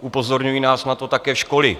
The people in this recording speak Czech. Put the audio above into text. Upozorňují nás na to také školy.